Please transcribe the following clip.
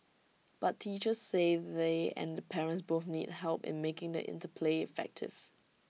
but teachers say they and the parents both need help in making the interplay effective